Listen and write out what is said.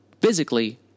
physically